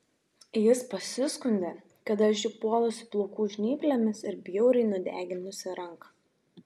jis pasiskundė kad aš jį puolusi plaukų žnyplėmis ir bjauriai nudeginusi ranką